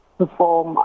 perform